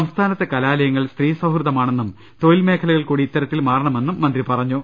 സംസ്ഥാനത്തെ കലാലയങ്ങൾ സ്ത്രീസൌ ഹൃദമാണെന്നും തൊഴിൽ മേഖലകൾകൂടി ഇത്തരത്തിൽ മാറണമെന്നും മന്ത്രി പറഞ്ഞു